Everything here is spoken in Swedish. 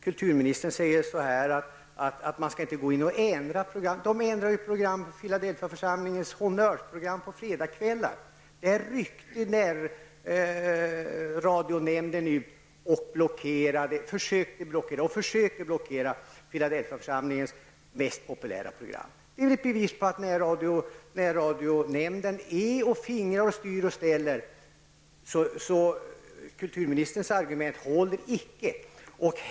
Kulturministern säger att det skall inte ändras i program. Men Filadelfiaförsamlingens honnörsprogram på fredagkvällarna har ändrats. Där ryckte närradionämnden ut och försökte blockera filadelfiaförsamlingens mest populära program. Det är väl ett bevis på att närradionämnden fingrar och styr och ställer. Kulturministerns argument håller icke.